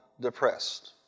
depressed